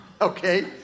Okay